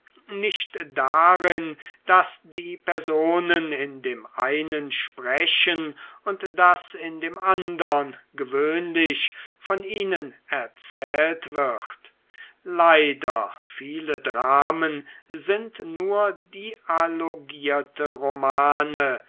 nicht darin daß die personen in dem einen sprechen und daß in dem andern gewöhnlich von ihnen erzählt wird leider viele dramen sind nur dialogierte romane